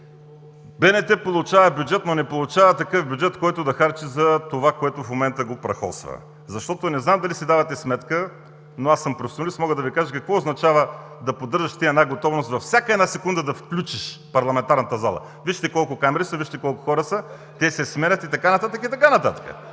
БНТ получава бюджет, но не получава такъв бюджет, който да харчи за това, което в момента прахосва. Защото не знам дали си давате сметка, но аз съм професионалист и мога да Ви кажа какво означава да поддържаш ти една готовност във всяка една секунда да включиш парламентарната зала. Вижте колко камери са, вижте колко хора са. Те се сменят и така нататък, и така нататък.